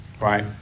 right